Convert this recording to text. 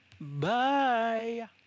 Bye